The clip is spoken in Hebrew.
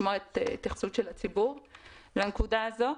צריך לשמוע את ההתייחסות של הציבור לנקודה הזו.